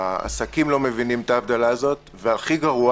יש לגשר